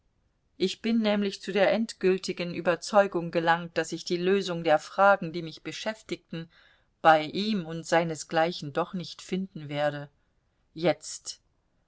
ich bin nämlich zu der endgültigen überzeugung gelangt daß ich die lösung der fragen die mich beschäftigen bei ihm und seinesgleichen doch nicht finden werde jetzt